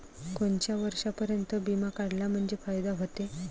कोनच्या वर्षापर्यंत बिमा काढला म्हंजे फायदा व्हते?